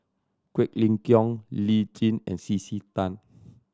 Quek Ling Kiong Lee Tjin and C C Tan